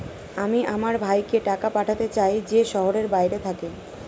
আমি আমার ভাইকে টাকা পাঠাতে চাই যে শহরের বাইরে থাকে